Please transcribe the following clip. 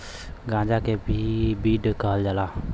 गांजा के भी वीड कहल जाला